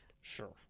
Sure